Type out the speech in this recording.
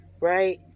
right